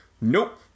Nope